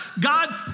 God